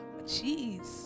Jeez